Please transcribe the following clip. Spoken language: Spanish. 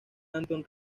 antón